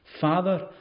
Father